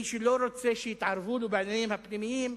מי שלא רוצה שיתערבו לו בעניינים הפנימיים,